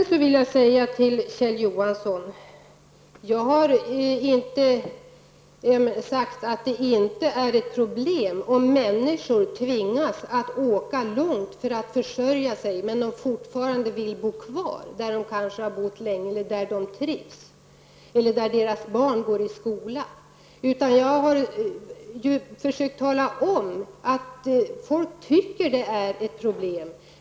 Kjell Johansson, jag har inte sagt att det inte är ett problem om människor tvingas åka långt för att försörja sig, fastän de fortfarande vill bo kvar där de kanske har bott länge och där de trivs. Deras barn kanske också går i skola där. Vi har försökt tala om att folk tycker att det är ett problem.